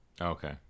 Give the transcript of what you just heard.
Okay